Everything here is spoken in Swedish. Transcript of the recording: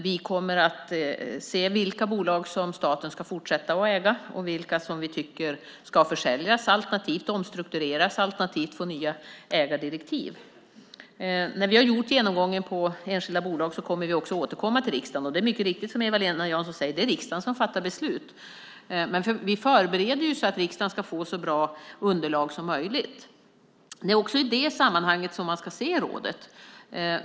Vi kommer att se vilka bolag som staten ska fortsätta att äga och vilka vi tycker ska försäljas alternativt omstruktureras alternativt få nya ägardirektiv. När vi har gjort genomgången av enskilda bolag återkommer vi till riksdagen. Det är mycket riktigt, som Eva-Lena Jansson säger, att det är riksdagen som fattar beslut. Men vi förbereder för att riksdagen ska få så bra underlag som möjligt. Det är också i detta sammanhang som man ska se rådet.